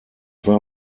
war